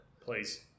Please